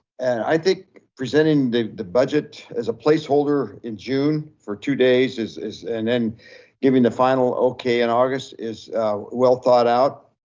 and i think presenting the the budget as a placeholder in june for two days is, and then giving the final okay in august, is well thought out.